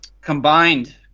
Combined